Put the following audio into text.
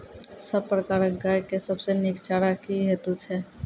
सब प्रकारक गाय के सबसे नीक चारा की हेतु छै?